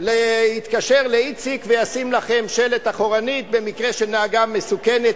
להתקשר לאיציק שישים לכם שלט מאחור: במקרה של נהיגה מסוכנת,